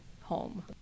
home